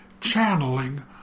channeling